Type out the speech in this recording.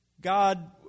God